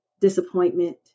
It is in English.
disappointment